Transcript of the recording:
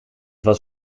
was